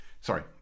Sorry